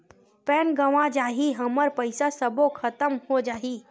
Pan गंवा जाही हमर पईसा सबो खतम हो जाही?